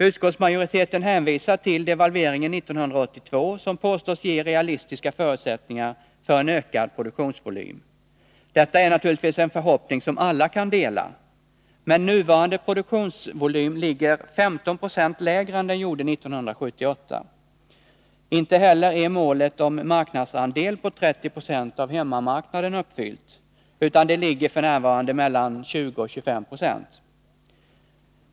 Utskottsmajoriteten hänvisar till devalveringen 1982, som påstås ge realistiska förutsättningar för en ökad produktionsvolym. Detta är naturligtvis en förhoppning som alla kan dela. Men nuvarande produktionsvolym ligger 15 96 lägre än den gjorde 1978. Inte heller är målet om en marknadsandel på 30 26 av hemmamarknaden uppfyllt, utan andelen ligger f. n. på mellan 20 och 25 26.